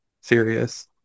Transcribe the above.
serious